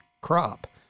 crop